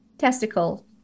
testicle